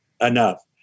enough